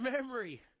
memory